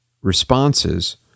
responses